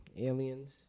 aliens